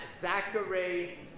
Zachary